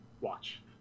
watch